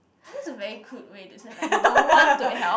it is a very crude way to say like you don't want to help